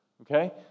Okay